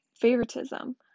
favoritism